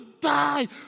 die